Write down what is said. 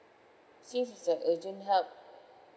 since it's an urgent help